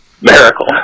Miracle